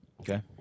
Okay